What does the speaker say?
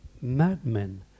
madmen